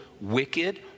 wicked